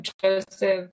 Joseph